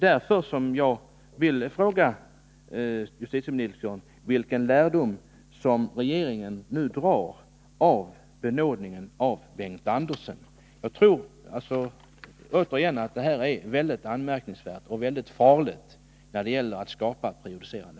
Därför vill jag nu fråga justitieministern vilken lärdom regeringen drar av benådningen av Bengt Andersson. Jag tycker att det här fallet är anmärkningsvärt och väldigt farligt genom att det kan verka prejudicerande.